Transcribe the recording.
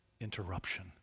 interruption